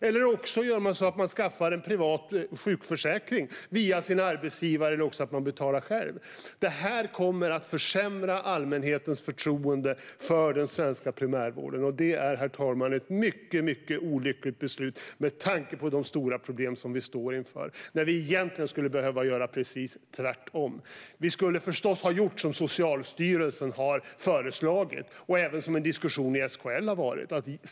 Eller så skaffar man en privat sjukförsäkring via sin arbetsgivare eller betalar själv. Det här kommer att försämra allmänhetens förtroende för den svenska primärvården. Herr talman! Det är ett mycket olyckligt beslut med tanke på de stora problem vi står inför. Vi skulle egentligen behöva göra precis tvärtom. Vi skulle förstås ha gjort som Socialstyrelsen har föreslagit och som det även har varit en diskussion om i SKL.